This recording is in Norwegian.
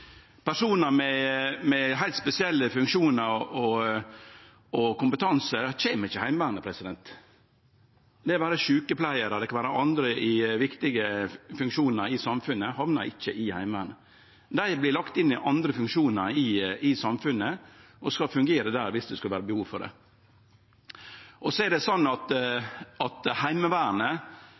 Personar med heilt spesielle funksjonar og kompetanse kjem ikkje i Heimevernet. Det kan vere sjukepleiarar eller andre med viktige funksjonar i samfunnet, dei hamnar ikkje i Heimevernet. Dei vert lagt inn i andre funksjonar i samfunnet og skal fungere der om det er behov for det. Heimevernet er ufatteleg viktig i eit forsvar, i alle konfliktar og alle samanhengar. Det ser vi i alle konfliktar, at